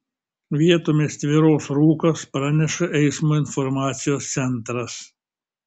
vietomis tvyros rūkas praneša eismo informacijos centras